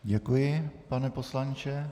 Děkuji, pane poslanče.